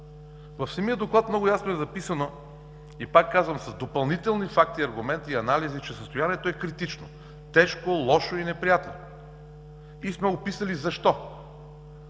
В самия доклад много ясно е записано, и пак казвам – с допълнителни факти и аргументи, анализи, че състоянието е критично, тежко, лошо и неприятно. Описали сме